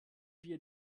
wir